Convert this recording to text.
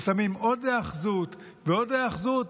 ושמים עוד היאחזות ועוד היאחזות.